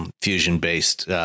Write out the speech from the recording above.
Fusion-based